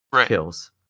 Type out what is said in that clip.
kills